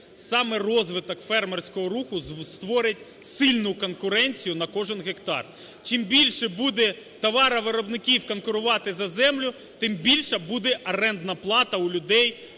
Саме розвиток фермерського руху створить сильну конкуренцію на кожен гектар. Чим більше буде товаровиробників конкурувати за землю, тим більша буде орендна плата у людей,